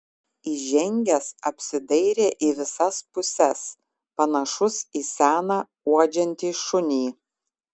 įžengęs apsidairė į visas puses panašus į seną uodžiantį šunį